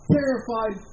Terrified